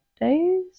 days